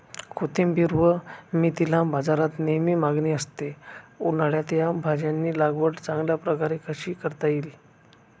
कोथिंबिर व मेथीला बाजारात नेहमी मागणी असते, उन्हाळ्यात या भाज्यांची लागवड चांगल्या प्रकारे कशी करता येईल?